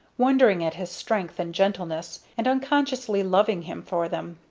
wondering at his strength and gentleness, and unconsciously loving him for them.